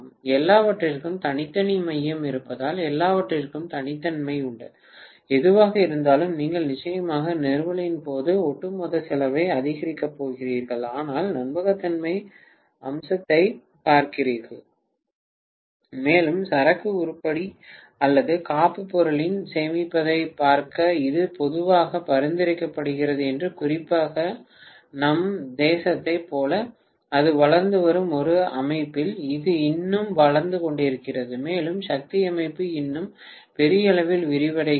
எல்லாவற்றிற்கும் தனித்தனி மையம் இருப்பதால் எல்லாவற்றிற்கும் தனித்தன்மை உண்டு எதுவாக இருந்தாலும் நீங்கள் நிச்சயமாக நிறுவலின் போது ஒட்டுமொத்த செலவை அதிகரிக்கப் போகிறீர்கள் ஆனால் நம்பகத்தன்மை அம்சத்தைப் பார்க்கிறீர்கள் மேலும் சரக்கு உருப்படி அல்லது காப்புப் பொருளின் சேமிப்பிடத்தைப் பார்க்க இது பொதுவாக பரிந்துரைக்கப்படுகிறது மற்றும் குறிப்பாக நம் தேசத்தைப் போல அது வளர்ந்து வரும் ஒரு அமைப்பில் அது இன்னும் வளர்ந்து கொண்டிருக்கிறது மேலும் சக்தி அமைப்பு இன்னும் பெரிய அளவில் விரிவடைகிறது